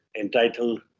entitled